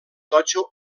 totxo